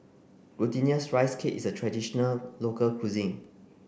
glutinous rice cake is a traditional local cuisine